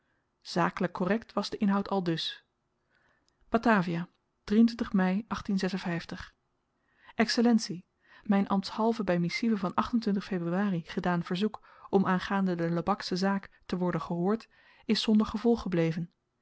zakelyk korrekt was de inhoud aldus batavia mei excellentie myn ambtshalve by missive van februari gedaan verzoek om aangaande de lebaksche zaken te worden gehoord is zonder gevolg gebleven